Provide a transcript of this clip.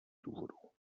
důvodů